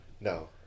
No